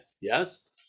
Yes